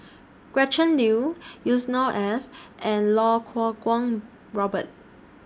Gretchen Liu Yusnor Ef and Iau Kuo Kwong Robert